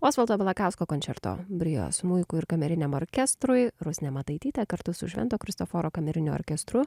osvaldo balakausko končerto brio smuikui ir kameriniam orkestrui rusnė mataitytė kartu su švento kristoforo kameriniu orkestru